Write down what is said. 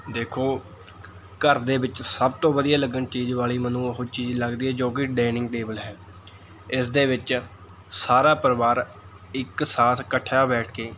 ਦੇਖੋ ਘਰ ਦੇ ਵਿੱਚ ਸਭ ਤੋਂ ਵਧੀਆ ਲੱਗਣ ਚੀਜ਼ ਵਾਲ਼ੀ ਮੈਨੂੰ ਉਹ ਚੀਜ਼ ਲੱਗਦੀ ਹੈ ਜੋ ਕਿ ਡਾਇਨਿੰਗ ਟੇਬਲ ਹੈ ਇਸ ਦੇ ਵਿੱਚ ਸਾਰਾ ਪਰਿਵਾਰ ਇੱਕ ਸਾਥ ਇਕੱਠਾ ਬੈਠ ਕੇ